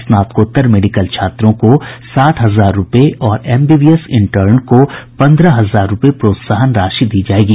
स्नातकोत्तर मेडिकल छात्रों को साठ हजार रुपये और एमबीबीएस इंटर्न को पन्द्रह हजार रुपये प्रोत्साहन राशि दी जाएगी